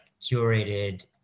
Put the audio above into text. curated